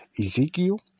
Ezekiel